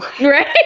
right